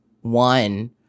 one